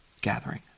gathering